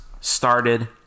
started